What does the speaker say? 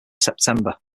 september